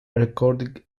recorded